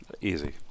Easy